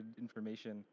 information